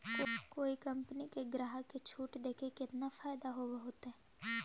कोई कंपनी के ग्राहक के छूट देके केतना फयदा होब होतई?